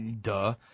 Duh